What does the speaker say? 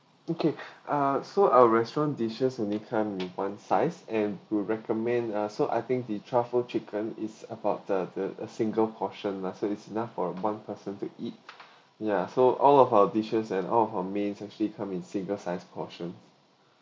okay ah so our restaurant dishes only come with one size and we recommend ah so I think the truffle chicken is about the the a single portion lah so it's enough for one person to eat ya so all of our dishes and all our main actually come in single sized portion